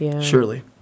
surely